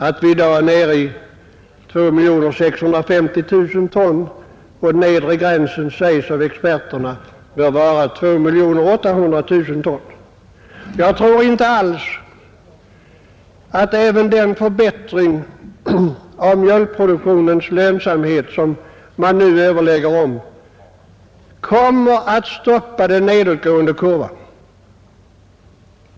Vi är i dag nere i en mjölkproduktion på 2 650 000 ton, och experterna säger att den nedre gränsen bör ligga vid 2 800 000 ton. Jag tror inte heller att den förbättring av mjölkproduktionens lönsamhet som man nu överlägger om kommer att stoppa den nedåtgående kurvan.